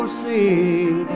sing